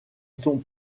son